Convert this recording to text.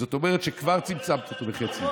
זאת אומרת שכבר צמצמת אותו בחצי.